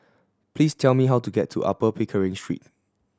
please tell me how to get to Upper Pickering Street